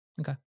Okay